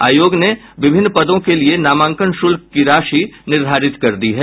आयोग ने विभिन्न पदों के लिये नामांकन शुल्क की राशि निर्धारित कर दी है